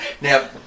Now